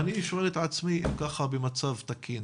אני שואל את עצמי, ככה במצב תקין